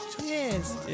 Cheers